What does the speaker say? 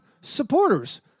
supporters